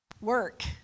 work